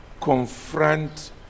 confront